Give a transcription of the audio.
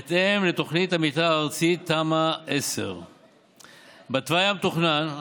בהתאם לתוכנית המתאר הארצית תמ"א 10. בתוואי המתוכנן